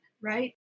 right